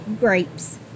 grapes